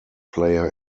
player